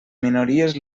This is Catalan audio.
minories